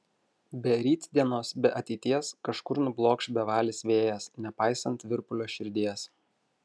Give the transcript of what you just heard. be rytdienos be ateities kažkur nublokš bevalis vėjas nepaisant virpulio širdies